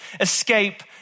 escape